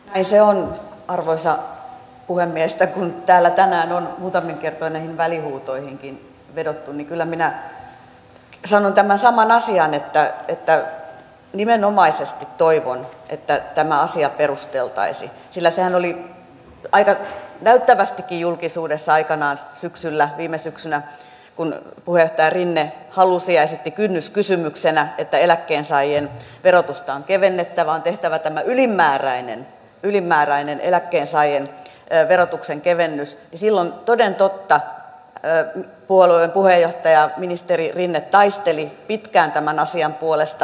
näin se on arvoisa puhemies että kun täällä tänään on muutamia kertoja näihin välihuutoihinkin vedottu niin kyllä minä sanon tämän saman asian että nimenomaisesti toivon että tämä asia perusteltaisiin sillä sehän oli aika näyttävästikin julkisuudessa aikanaan syksyllä viime syksynä kun puheenjohtaja rinne halusi ja esitti kynnyskysymyksenä että eläkkeensaajien verotusta on kevennettävä on tehtävä tämä ylimääräinen ylimääräinen eläkkeensaajien verotuksen kevennys ja silloin toden totta puolueen puheenjohtaja ministeri rinne taisteli pitkään tämän asian puolesta